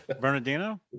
Bernardino